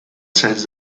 cens